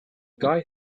guy